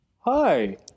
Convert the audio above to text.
Hi